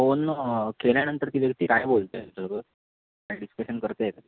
phone केल्यानंतर ती व्यक्ती काय बोलते काय डिस्कशन करते आहे का